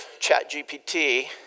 ChatGPT